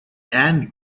and